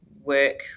work